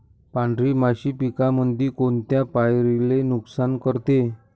पांढरी माशी पिकामंदी कोनत्या पायरीले नुकसान करते?